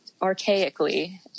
archaically